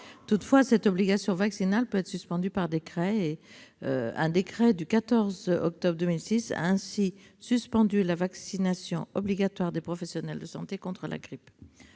Toutefois, cette obligation vaccinale peut être suspendue par décret. Un décret du 14 octobre 2006 a ainsi suspendu la vaccination obligatoire des professionnels de santé contre la grippe.